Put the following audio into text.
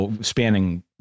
spanning